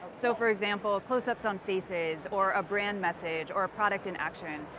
so, for example, closeups on faces or a brand message or a product in action.